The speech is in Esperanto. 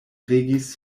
regis